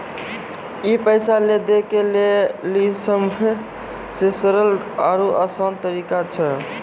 ई पैसा लै दै के लेली सभ्भे से सरल आरु असान तरिका छै